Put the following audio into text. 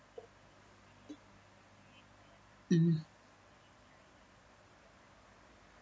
mm